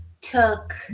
took